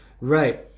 Right